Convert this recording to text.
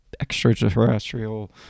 extraterrestrial